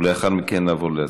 לאחר מכן נעבור להצבעה.